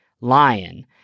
Lion